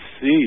see